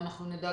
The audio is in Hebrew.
אנחנו נדע